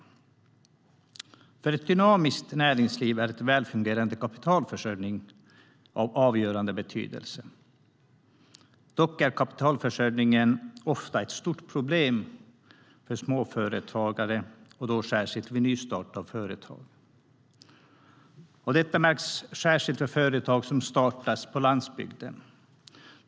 För ett dynamiskt näringsliv är en välfungerande kapitalförsörjning av avgörande betydelse. Dock är kapitalförsörjningen ofta ett stort problem för småföretagare, och då särskilt vid nystart av företag. Detta märks särskilt för företag som startas på landsbygden.